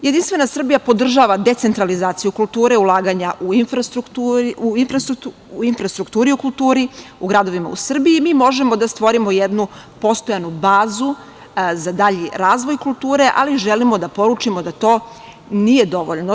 Jedinstvena Srbije podržava decentralizaciju kulture ulaganja u infrastrukturi u kulturi u gradovima u Srbiji, mi možemo da stvorimo jednu postojanu bazu za dalji razvoj kulture, ali i želim da poručimo da to nije dovoljno.